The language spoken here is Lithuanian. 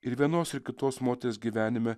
ir vienos ir kitos moters gyvenime